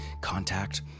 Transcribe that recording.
contact